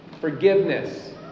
Forgiveness